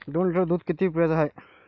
दोन लिटर दुध किती रुप्याचं हाये?